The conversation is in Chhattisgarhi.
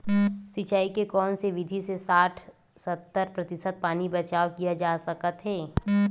सिंचाई के कोन से विधि से साठ सत्तर प्रतिशत पानी बचाव किया जा सकत हे?